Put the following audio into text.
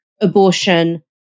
abortion